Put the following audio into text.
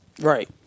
Right